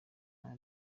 nta